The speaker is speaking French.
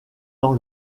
dans